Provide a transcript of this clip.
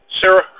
Sarah